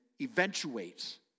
eventuates